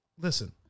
listen